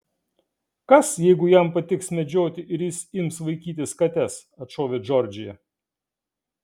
kas jeigu jam patiks medžioti ir jis ims vaikytis kates atšovė džordžija